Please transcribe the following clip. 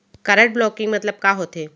Card blocking मतलब का होथे?